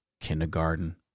Kindergarten